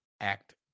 act